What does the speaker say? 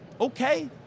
okay